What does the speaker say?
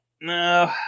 No